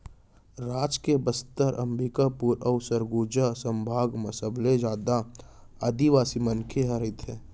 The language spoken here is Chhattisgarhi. राज के बस्तर, अंबिकापुर अउ सरगुजा संभाग म सबले जादा आदिवासी मनखे ह रहिथे